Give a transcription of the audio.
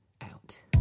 out